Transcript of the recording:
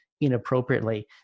inappropriately